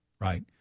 Right